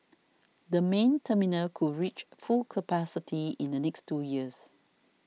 the main terminal could reach full capacity in the next two years